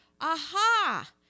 aha